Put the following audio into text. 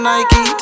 Nike